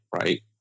right